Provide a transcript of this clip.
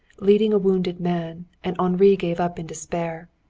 leading a wounded man, and henri gave up in despair.